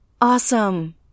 Awesome